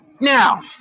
now